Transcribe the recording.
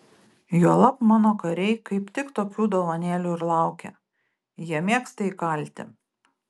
juolab mano kariai kaip tik tokių dovanėlių ir laukia jie mėgsta įkalti